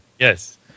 Yes